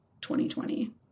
2020